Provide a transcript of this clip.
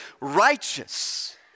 righteous